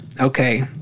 Okay